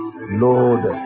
Lord